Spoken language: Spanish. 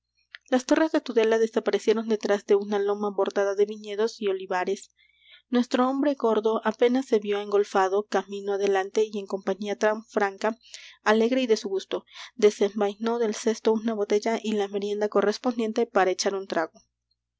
las torres de tudela desaparecieron detrás de una loma bordada de viñedos y olivares nuestro hombre gordo apenas se vió engolfado camino adelante y en compañía tan franca alegre y de su gusto desenvainó del cesto una botella y la merienda correspondiente para echar un trago